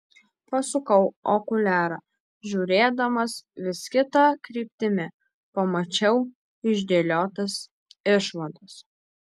pasukau okuliarą žiūrėdamas vis kita kryptimi pamačiau išdėliotas išvadas